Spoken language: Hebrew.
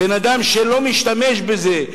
בן-אדם שלא משתמש בזה,